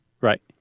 right